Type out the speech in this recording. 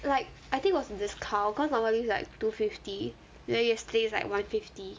like I think was on discount cause normally like two fifty then yesterday's like one fifty